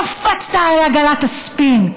קפצת על עגלת הספין,